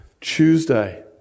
Tuesday